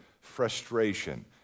frustration